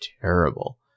terrible